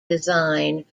design